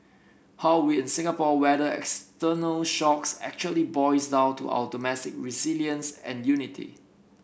how we in Singapore weather external shocks actually boils down to our domestic resilience and unity